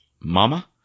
Mama